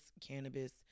cannabis